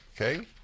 Okay